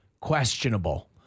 questionable